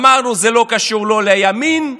אמרנו: זה לא קשור לא לימין,